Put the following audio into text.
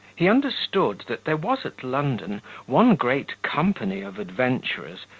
he understood that there was at london one great company of adventurers,